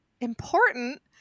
important